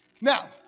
Now